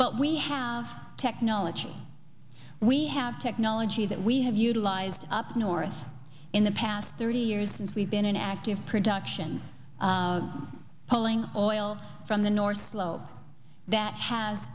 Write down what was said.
but we have technology we have technology that we have utilized up north in the past thirty years since we've been an active production pulling oil from the north slope that has